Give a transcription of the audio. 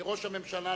כראש הממשלה,